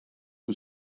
who